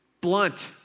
blunt